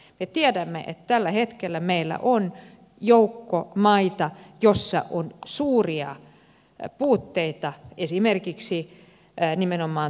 me tiedämme että tällä hetkellä meillä on joukko maita joissa on suuria puutteita esimerkiksi nimenomaan tuomioistuinten toiminnassa